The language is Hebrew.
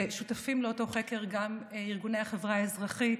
ושותפים לאותו חקר גם ארגוני החברה האזרחית,